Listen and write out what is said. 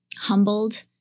Humbled